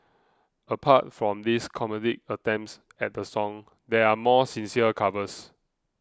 apart from these comedic attempts at the song there are more sincere covers